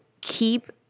keep